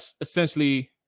essentially